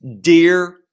dear